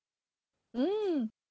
mm